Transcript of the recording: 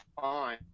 fine